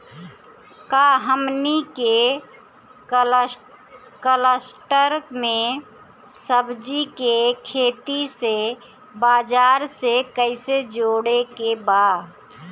का हमनी के कलस्टर में सब्जी के खेती से बाजार से कैसे जोड़ें के बा?